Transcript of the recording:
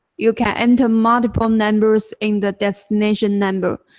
you can enter multiple numbers in the destination number,